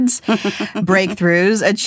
breakthroughs